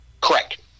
Correct